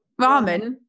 ramen